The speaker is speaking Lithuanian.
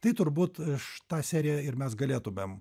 tai turbūt šitą tą seriją ir mes galėtumėm